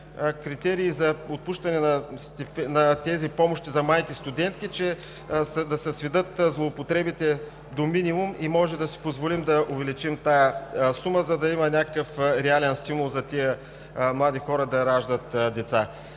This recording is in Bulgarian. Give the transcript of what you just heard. критерии за отпускане на помощи за майките студентки, за да се сведат до минимум злоупотребите и можем да си позволим да увеличим тази сума, за да има някакъв реален стимул за тези млади хора да раждат деца.